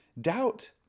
doubt